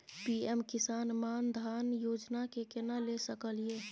PM Kisan Maandhan Yojana के केना ले सकलिए?